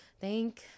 thank